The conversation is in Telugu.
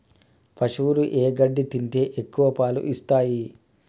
పశువులు ఏ గడ్డి తింటే ఎక్కువ పాలు ఇస్తాయి?